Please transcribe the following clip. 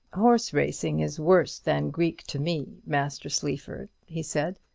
horse-racing is worse than greek to me, master sleaford, he said.